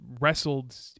wrestled